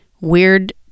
weird